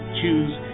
choose